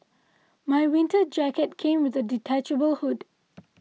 my winter jacket came with a detachable hood